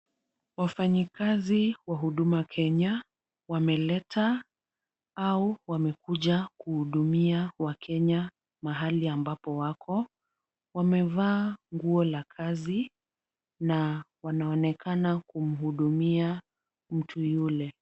Wafanyikazi wa Huduma Kenya wameleta au wamekuja kuhudumia wakenya mahali ambako wako. Wamevaa nguo la kazi na wanaonekana kumhudumia mtu yule.